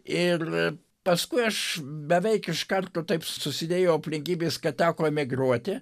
ir paskui aš beveik iš karto taip susidėjo aplinkybės kad teko emigruoti